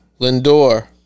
Lindor